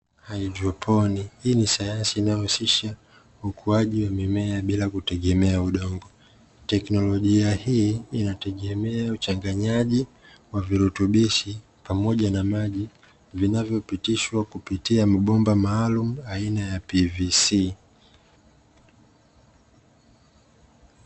Haidroponi, hii ni sayansi inayohusisha ukuaji wa mimea bila kutegemea udongo, teknolojia hii inategemea uchanganyaji wa virutubishi pamoja na maji vinavyopitishwa kutumia mabomba maalumu aina ya "PVC".